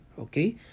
okay